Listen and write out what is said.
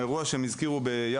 הזכירו את הסיפור של מרמור,